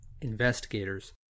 investigators